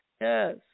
Yes